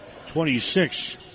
26